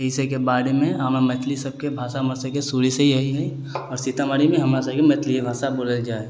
ईसबके बारेमे हमरा मैथिली सबके भाषा हमरसबके शुरूसँ ही इएह हइ आओर सीतामढ़ीमे हमरासबके मैथिलिए भाषा बोलल जाइ हइ